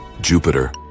Jupiter